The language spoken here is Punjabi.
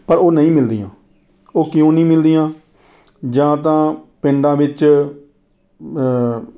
ਪਰ ਉਹ ਨਹੀਂ ਮਿਲਦੀਆਂ ਉਹ ਕਿਉਂ ਨਹੀਂ ਮਿਲਦੀਆਂ ਜਾਂ ਤਾਂ ਪਿੰਡਾਂ ਵਿੱਚ